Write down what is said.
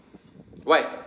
why